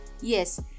Yes